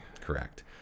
Correct